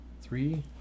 three